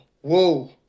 Whoa